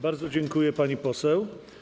Bardzo dziękuję, pani poseł.